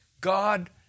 God